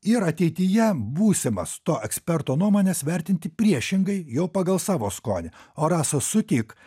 ir ateityje būsimas to eksperto nuomones vertinti priešingai jau pagal savo skonį o rasa sutik